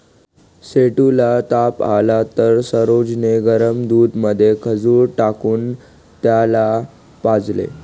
सेठू ला ताप आला तर सरोज ने गरम दुधामध्ये खजूर टाकून त्याला पाजलं